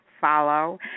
follow